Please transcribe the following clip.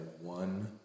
one